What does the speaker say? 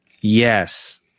Yes